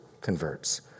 converts